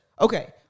Okay